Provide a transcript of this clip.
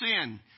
sin